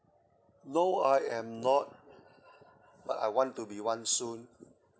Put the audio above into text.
no I am not but I want to be one soon